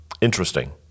interesting